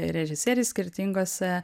režisieriai skirtinguose